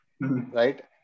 right